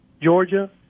Georgia